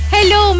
Hello